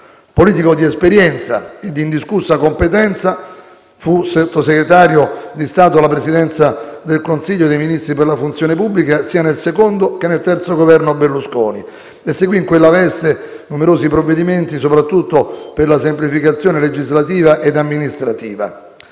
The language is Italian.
Politico di esperienza e di indiscussa competenza, fu Sottosegretario di Stato alla Presidenza del Consiglio dei ministri per la funzione pubblica, sia nel secondo che nel terzo Governo Berlusconi, e seguì in quella veste numerosi provvedimenti, soprattutto per la semplificazione legislativa e amministrativa.